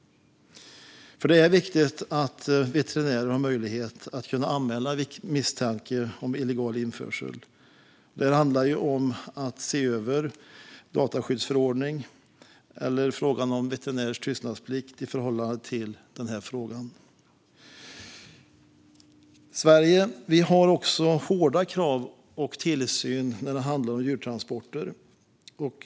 Det är viktigt att veterinärer har möjlighet att anmäla misstanke om illegal införsel. Det handlar om att se över dataskyddsförordningen och frågan om veterinärers tystnadsplikt i förhållande till denna fråga. Sverige har hårda krav och tillsyn när det handlar om djurtransporter.